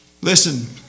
Listen